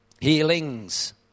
Healings